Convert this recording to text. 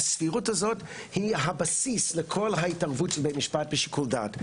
הסבירות הזאת היא הבסיס לכל ההתערבות של בית משפט בשיקול דעת,